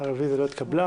הרביזיה לא התקבלה.